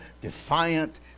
defiant